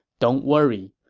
don't worry.